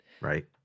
Right